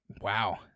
Wow